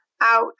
out